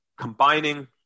combining